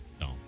No